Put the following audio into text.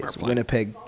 Winnipeg